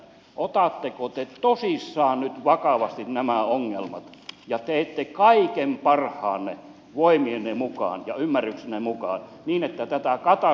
otatteko te tosissaan nyt vakavasti nämä ongelmat ja teette kaiken parhaanne voimienne ja ymmärryksenne mukaan niin että tätä kautta